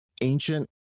ancient